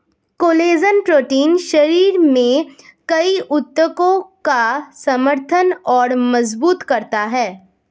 collagen protein शरीर में कई ऊतकों का समर्थन और मजबूत करता है